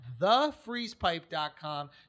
thefreezepipe.com